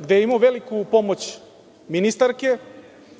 gde je imao veliku pomoć ministarke.